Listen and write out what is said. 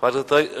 חברת הכנסת רגב,